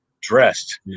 dressed